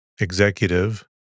Executive